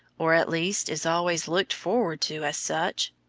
or at least is always looked forward to as such,